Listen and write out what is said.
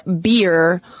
beer